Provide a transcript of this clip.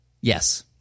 Yes